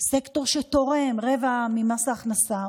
סקטור שתורם רבע ממס ההכנסה,